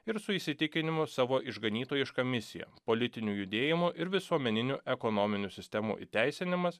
ir su įsitikinimu savo išganytojiška misija politinių judėjimų ir visuomeninių ekonominių sistemų įteisinimas